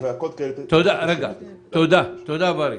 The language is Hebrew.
תודה, ברי.